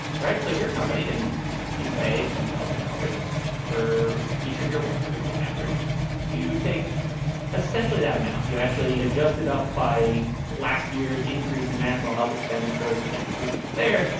right. so if you're company and you pay ten thousand dollars for each of your workers on average you take essentially that amount you actually adjusted up by last year's increase in national health expenditures so maybe three percent there.